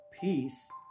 Peace